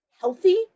healthy